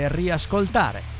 riascoltare